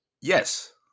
Yes